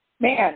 Man